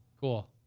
Cool